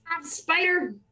Spider